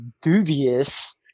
dubious